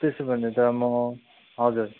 त्यसो भने त म हजुर